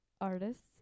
artists